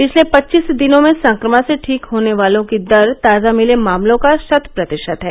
पिछले पच्चीस दिनों में संक्रमण से ठीक होने वालों की दर ताजा मिले मामलों का शतप्रतिशत है